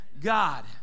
God